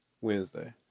Wednesday